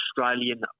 Australian